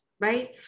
right